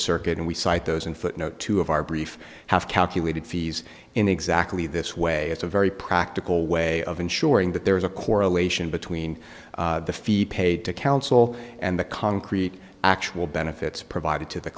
circuit and we cite those in footnote two of our brief have calculated fees in exactly this way it's a very practical way of ensuring that there is a correlation between the feet paid to counsel and the concrete actual benefits provided to the